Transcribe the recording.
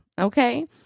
okay